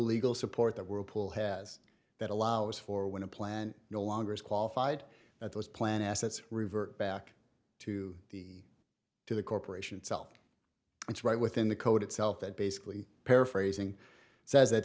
legal support the whirlpool has that allows for when a plan no longer is qualified that was planned assets revert back to the to the corporation self it's right within the code itself that basically paraphrasing says